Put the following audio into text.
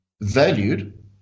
valued